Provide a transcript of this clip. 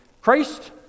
Christ